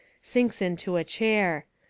sinks into a chair.